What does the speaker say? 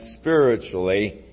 spiritually